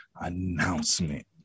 Announcement